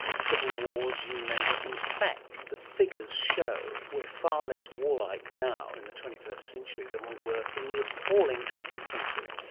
and civil wars, you name it. in fact the figures show we're far less warlike now in the twenty first century than we were in the appalling twentieth century.